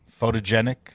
photogenic